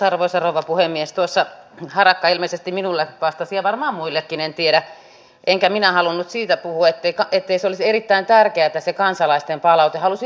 arvoisa puhemies tuossa harakka ilmeisesti minulle vastasi ja varmaan muillekin en tiedä enkä minä halunnut siitä tavoitteita ettei se olisi erittäin tärkeitä se kansalaisten palaute olisi